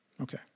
Okay